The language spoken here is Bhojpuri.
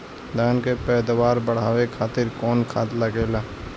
धान के पैदावार बढ़ावे खातिर कौन खाद लागेला?